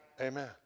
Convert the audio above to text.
Amen